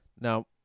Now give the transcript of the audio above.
now